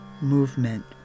movement